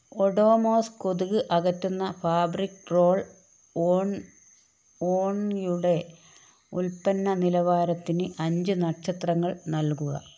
ഒഡോമോസ് കൊതുക് അകറ്റുന്ന fabric roll on ഓൺയുടെ ഉൽപ്പന്ന നിലവാരത്തിന് അഞ്ച് നക്ഷത്രങ്ങൾ നൽകുക